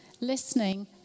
listening